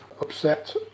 upset